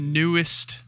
newest